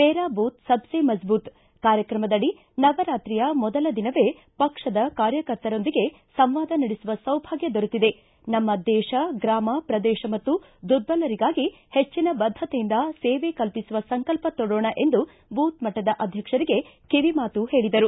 ಮೇರಾ ಬೂತ್ ಸಬಸೆ ಮಜಬೂತ್ ಕಾರ್ಯಕ್ರಮದಡಿ ನವರಾತ್ರಿಯ ಮೊದಲ ದಿನವೇ ಪಕ್ಷದ ಕಾರ್ಯಕರ್ತರೊಂದಿಗೆ ಸಂವಾದ ನಡೆಸುವ ಸೌಭಾಗ್ಯ ದೊರೆತಿದೆ ನಮ್ನ ದೇಶ ಗ್ರಾಮ ಶ್ರದೇಶ ಮತ್ತು ದುರ್ಬಲರಿಗಾಗಿ ಹೆಚ್ಚನ ಬದ್ದತೆಯಿಂದ ಸೇವೆ ಕಲ್ಪಿಸುವ ಸಂಕಲ್ಪ ತೋಡೊಣ ಎಂದು ಬೂತ ಮಟ್ಟದ ಅಧ್ಯಕ್ಷರಿಗೆ ಕಿವಿ ಮಾತು ಹೇಳಿದರು